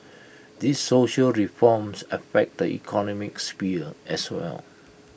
these social reforms affect the economic sphere as well